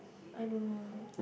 I don't know